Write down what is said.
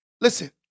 Listen